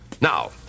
Now